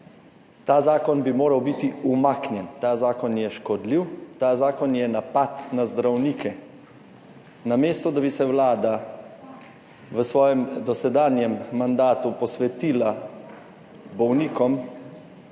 Ta zakon bi moral biti umaknjen, ta zakon je škodljiv, ta zakon je napad na zdravnike. Namesto da bi se vlada v svojem dosedanjem mandatu posvetila bolnikom,